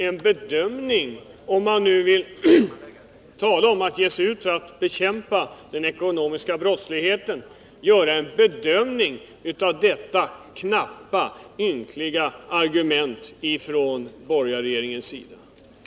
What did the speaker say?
Men om man nu utger sig för att bekämpa den ekonomiska brottsligheten måste man väl ändå göra en bedömning av detta ynkliga argument från borgarregeringens sida.